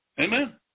Amen